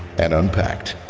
and unpacked.